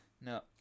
No